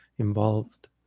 involved